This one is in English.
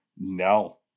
no